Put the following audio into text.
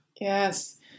Yes